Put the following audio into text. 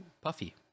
puffy